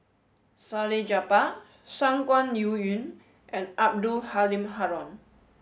Salleh Japar Shangguan Liuyun and Abdul Halim Haron